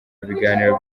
biganiro